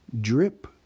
drip